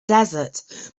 desert